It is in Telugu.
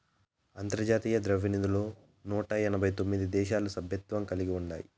అంతర్జాతీయ ద్రవ్యనిధిలో నూట ఎనబై తొమిది దేశాలు సభ్యత్వం కలిగి ఉండాయి